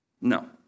No